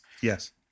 Yes